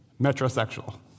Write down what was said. metrosexual